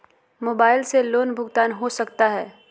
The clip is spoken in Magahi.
मोबाइल से लोन भुगतान हो सकता है?